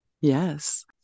Yes